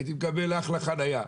הייתי מקבל אחלה חניה.